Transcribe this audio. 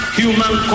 human